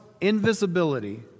invisibility